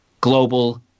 global